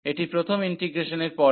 এটি প্রথম ইন্টিগ্রেশনের পরে